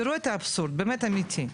תראו את האבסורד באמת אמיתי,